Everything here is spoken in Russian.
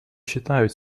считают